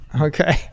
okay